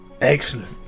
Excellent